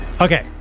Okay